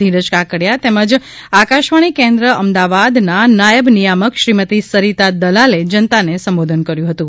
ધીરજ કાકડીયા તેમજ આકાશવાણી કેન્દ્ર અમદાવાદના નાયબ નિયામક શ્રીમતી સરીતા દલાલે જનતાને સંબોધન કર્યું હતું